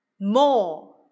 more